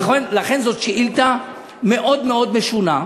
לכן זאת שאילתה מאוד מאוד משונה,